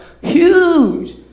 Huge